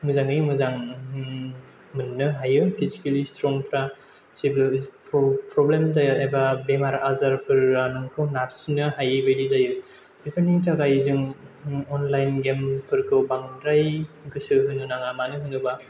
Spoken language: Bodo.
मोजाङै मोजां मोननो हायो फिजिकेलि स्ट्रंफोरा जेबो प्रब्लेम जाया एबा बेमार आजारफोरा नोंखौ नारसिननो हायैबादि जायो बेफोरनि थाखाय जों अनलाइन गेमफोरखौ बांद्राय गोसो होनाङा मानो होनोबा